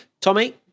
Tommy